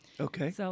Okay